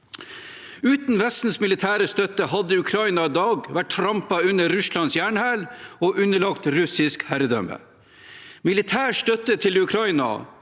Uten Vestens militære støtte hadde Ukraina i dag vært trampet under Russlands jernhæl og underlagt russisk herredømme. Militær støtte til Ukraina